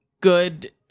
good